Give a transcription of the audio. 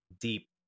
deep